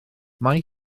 mae